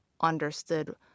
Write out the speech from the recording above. understood